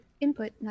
Input